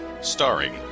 starring